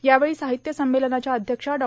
यावेळी सर्ााहत्य संमेलनाच्या अध्यक्षा डॉ